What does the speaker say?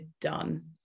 done